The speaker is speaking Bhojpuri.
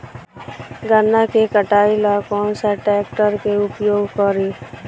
गन्ना के कटाई ला कौन सा ट्रैकटर के उपयोग करी?